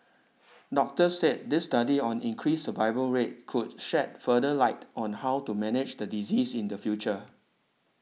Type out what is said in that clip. doctors said this study on increased survival rate could shed further light on how to manage the disease in the future